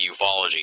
ufology